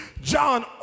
John